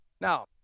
Now